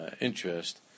interest